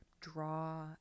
draw